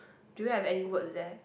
do you have any words there